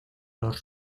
los